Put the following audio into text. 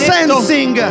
Sensing